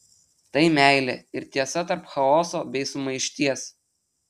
tai meilė ir tiesa tarp chaoso bei sumaišties